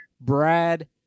brad